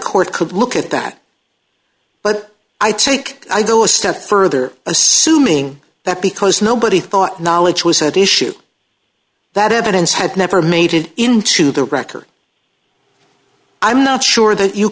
court could look at that but i take i go a step further assuming that because nobody thought knowledge was at issue that evidence had never made it into the record i'm not sure that you